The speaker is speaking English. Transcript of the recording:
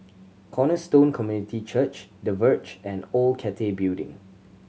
Cornerstone Community Church The Verge and Old Cathay Building